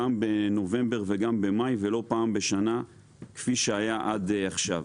גם בנובמבר וגם במאי ולא פעם בשנה כפי שהיה עד עכשיו.